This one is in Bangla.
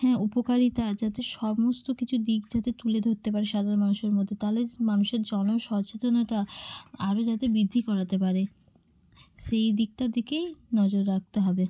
হ্যাঁ উপকারিতা যাতে সমস্ত কিছু দিক যাতে তুলে ধরতে পারে সাধারণ মানুষের মধ্যে তাহলে মানুষের জনসচেতনতা আরও যাতে বৃদ্ধি করাতে পারে সেই দিকটার দিকেই নজর রাখতে হবে